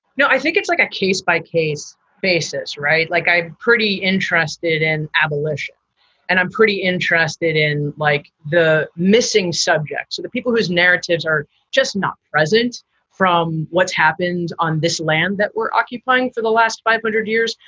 no, i think it's like a case by case basis, right. like, i'm pretty interested in abolition and i'm pretty interested in like the missing subject. so the people whose narratives are just not present from what's happened on this land that we're occupying for the last five hundred years,